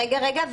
רגע, רגע.